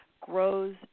grows